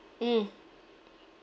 mm